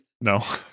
No